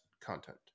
content